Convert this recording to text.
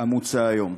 המוצע היום,